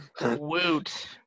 Woot